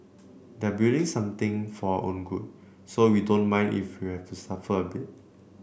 they're building something for our own good so we don't mind if we have to suffer a bit